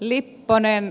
lipponen